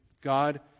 God